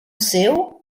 seu